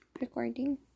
recording